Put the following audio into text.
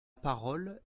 parole